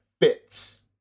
fits